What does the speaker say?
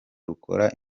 rukora